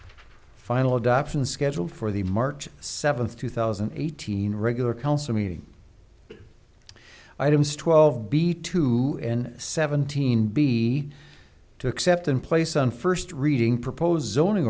final adoption schedule for the march seventh two thousand and eighteen regular council meeting items twelve b two seventeen b to accept in place on first reading propose on